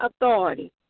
authority